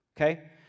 Okay